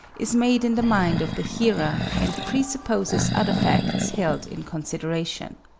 is made in the mind of the hearer and presupposes other facts held in consideration.